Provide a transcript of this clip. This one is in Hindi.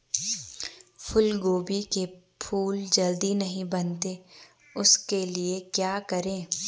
फूलगोभी के फूल जल्दी नहीं बनते उसके लिए क्या करें?